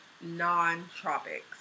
non-tropics